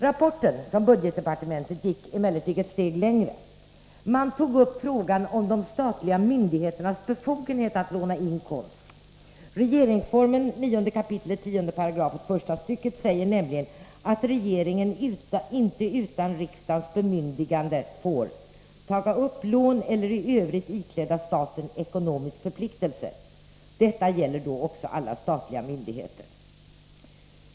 Rapporten från budgetdepartementet gick emellertid ett steg längre. Man tog upp frågan om de statliga myndigheternas befogenhet att låna in konst. Regeringsformen 9 kap. 10 § första stycket säger nämligen att regeringen inte utan riksdagens bemyndigande får ”taga upp lån eller i övrigt ikläda staten ekonomisk förpliktelse”. Detta gäller då också alla statliga myndigheter.